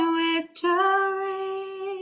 victory